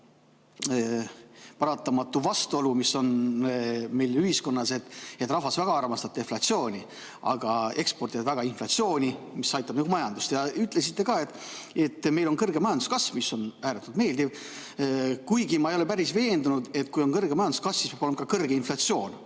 paratamatu vastuolu, mis on meil ühiskonnas, et rahvas väga armastab deflatsiooni, aga eksportijad armastavad väga inflatsiooni, mis aitab majandust. Te ütlesite ka, et meil on kõrge majanduskasv, mis on ääretult meeldiv. Kuigi ma ei ole päris veendunud, et kui on kõrge majanduskasv, siis peab olema ka kõrge inflatsioon.